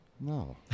no